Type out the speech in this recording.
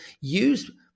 use